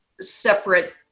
separate